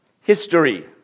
history